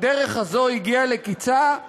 הדרך הזאת הגיעה לקצה,